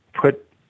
put